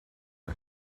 but